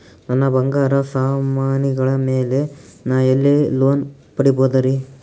ನನ್ನ ಬಂಗಾರ ಸಾಮಾನಿಗಳ ಮ್ಯಾಲೆ ನಾ ಎಲ್ಲಿ ಲೋನ್ ಪಡಿಬೋದರಿ?